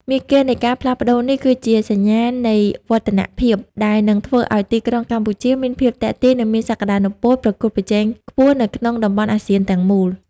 មាគ៌ានៃការផ្លាស់ប្តូរនេះ គឺជាសញ្ញាណនៃវឌ្ឍនភាពដែលនឹងធ្វើឱ្យទីផ្សារកម្ពុជាមានភាពទាក់ទាញ និងមានសក្ដានុពលប្រកួតប្រជែងខ្ពស់នៅក្នុងតំបន់អាស៊ានទាំងមូល។